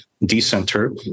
decenter